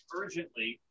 urgently